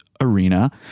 Arena